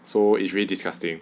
so it's really disgusting